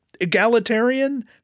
egalitarian